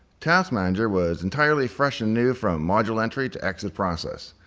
task manager was entirely fresh and new from moduleentry to exitprocess.